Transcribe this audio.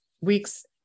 week's